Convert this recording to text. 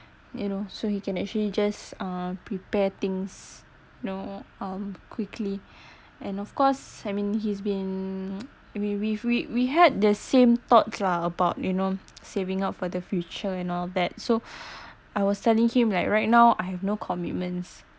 you know so he can actually just uh prepare things you know um quickly and of course I mean he's been we we've we've we had the same thoughts lah about you know saving up for the future and all that so I was telling him like right now I have no commitments